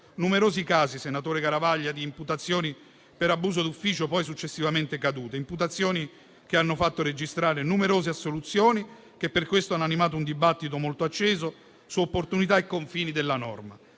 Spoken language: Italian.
numerosi casi, senatore Garavaglia, di imputazioni per abuso d'ufficio, poi successivamente cadute; imputazioni che hanno fatto registrare numerose assoluzioni, che per questo hanno animato un dibattito molto acceso su opportunità e confini della norma.